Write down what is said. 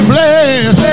Bless